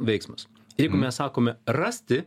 veiksmas jeigu mes sakome rasti